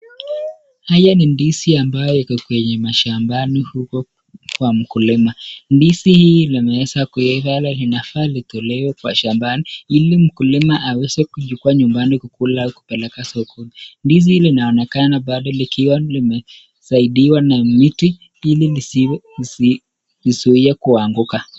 Haya ni ndizi ambayo iko kwenye mashambani huko kwa mkulima, ndizi hii imeeza kuiva na linafaa litolewe kwa shambani ili mkulima aweze kuchukua nyumbani kukula au kupeleka sokoni. Ndizi linaonekana bado likiwa limesaidiwa na miti ili izuie kuanguka.